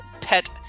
pet